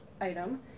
item